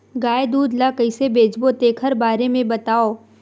गाय दूध ल कइसे बेचबो तेखर बारे में बताओ?